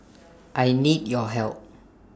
I need your help